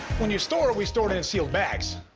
when you store it we store it in sealed bags.